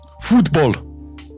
Football